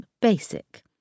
basic